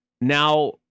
Now